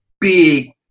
big